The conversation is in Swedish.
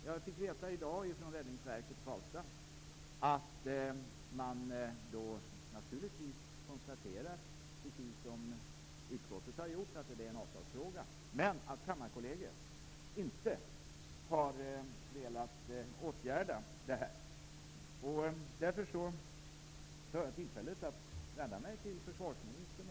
Jag fick i dag veta från Räddningsverket i Karlstad att man precis som utskottet konstaterar att det är en avtalsfråga, men att Kammarkollegiet inte har velat åtgärda detta. Jag tar därför tillfället att vända mig till försvarsministern.